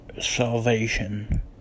salvation